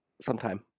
Sometime